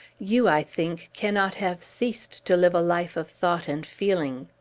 you, i think, cannot have ceased to live a life of thought and feeling.